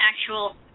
actual